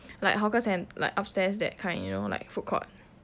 like hawker centre like upstairs that kind you know like food court